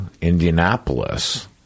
indianapolis